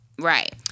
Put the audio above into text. Right